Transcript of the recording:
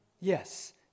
Yes